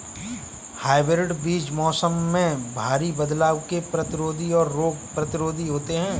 hybrid बीज मौसम में भारी बदलाव के प्रतिरोधी और रोग प्रतिरोधी होते हैं